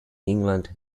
england